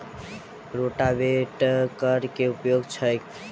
रोटावेटरक केँ उपयोग छैक?